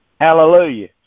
Hallelujah